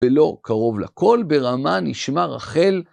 ולא קרוב לכל ברמה נשמע רחל.